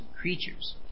creatures